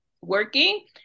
working